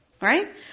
right